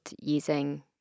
using